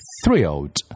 thrilled